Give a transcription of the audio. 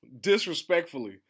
disrespectfully